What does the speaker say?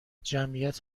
جمعیت